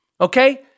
okay